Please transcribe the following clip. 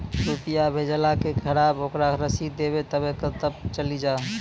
रुपिया भेजाला के खराब ओकरा रसीद देबे तबे कब ते चली जा?